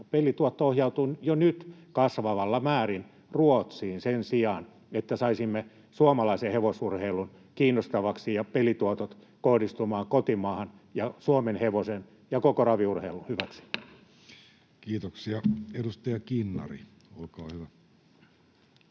Pelituotto ohjautuu jo nyt kasvavassa määrin Ruotsiin sen sijaan, että saisimme suomalaisen hevosurheilun kiinnostavaksi ja pelituotot kohdistumaan kotimaahan ja suomenhevosen ja koko raviurheilun hyväksi. Kiitoksia. — Edustaja Kinnari, olkaa hyvä.